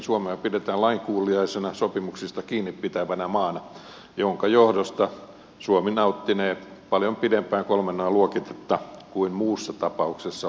suomea pidetään lainkuuliaisena sopimuksista kiinni pitävänä maana minkä johdosta suomi nauttinee paljon pidempään kolmen an luokitetta kuin muussa tapauksessa olisi syytä